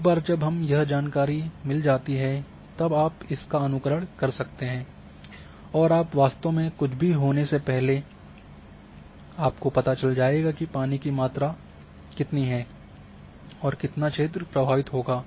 एक बार जब यह जानकारी मिल जाती है तब आप इसका अनुकरण कर सकते हैं और आप वास्तव में कुछ भी होने से पहले पता चल जाएगा कि पानी की मात्रा कितनी है और कितना क्षेत्र प्रभावित होगा